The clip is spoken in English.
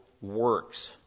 works